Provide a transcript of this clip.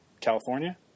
California